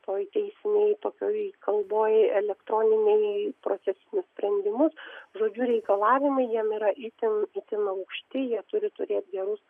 toj teisinėj tokioj kalboj elektroninėj procesinius sprendimus žodžiu reikalvaimai jiem yra itin itin aukšti jie turi turėt gerus